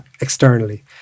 externally